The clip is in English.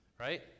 Right